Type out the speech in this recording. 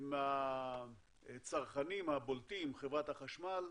עם הצרכנים הבולטים, חברת החשמל,